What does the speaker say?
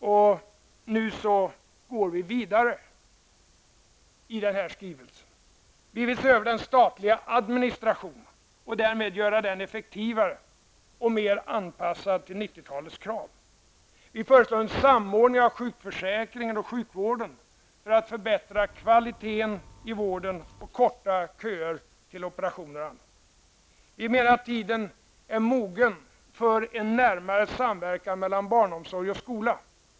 Och nu går vi i den här skrivelsen vidare. Vi vill se över den statliga administrationen och därmed göra den effektivare och mer anpassad till 90-talets krav. Vi föreslår en samordning av sjukförsäkringen och sjukvården för att förbättra kvaliteten i vården och korta köerna till operationer och annat. Vi menar att tiden är mogen för en närmare samverkan mellan barnomsorg och skola.